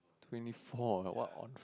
twenty four what on